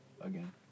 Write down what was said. again